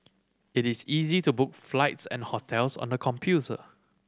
it is easy to book flights and hotels on the computer